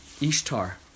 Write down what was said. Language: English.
Ishtar